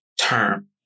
term